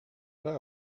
ara